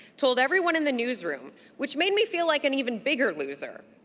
told everyone in the newsroom, which made me feel like an even bigger loser.